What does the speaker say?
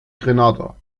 grenada